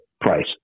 price